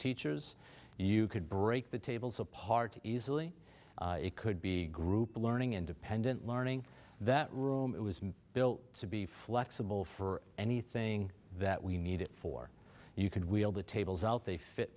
teachers and you could break the tables apart easily it could be group learning independent learning that room it was built to be flexible for anything that we need it for and you could wheel the tables out they fit